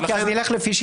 כי הוא לא יקבלו.